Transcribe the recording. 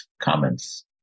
comments